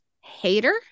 hater